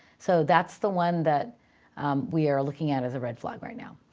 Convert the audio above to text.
so that's the one that we are looking at as a red flag right now.